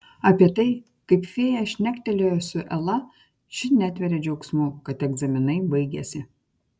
apie tai kaip fėja šnektelėjo su ela ši netveria džiaugsmu kad egzaminai baigėsi